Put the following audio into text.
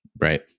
Right